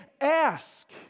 Ask